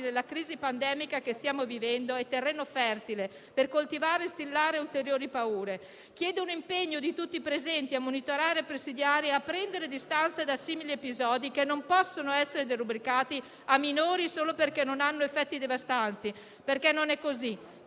la crisi pandemica che stiamo vivendo è terreno fertile per coltivare e instillare ulteriori paure. Chiedo dunque l'impegno di tutti i presenti a monitorare, presidiare e a prendere le distanze da simili episodi, che non possono essere derubricati come minori, solo perché non hanno effetti devastanti, perché non è così: